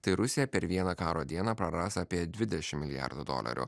tai rusija per vieną karo dieną praras apie dvidešim milijardų dolerių